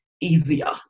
easier